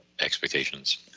expectations